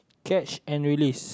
catch and release